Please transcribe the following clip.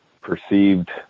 perceived